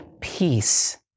peace